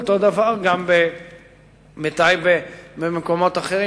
אותו דבר בטייבה ובמקומות אחרים,